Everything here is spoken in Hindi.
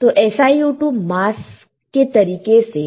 तो SiO2 मास्क के तरीके से